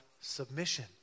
submission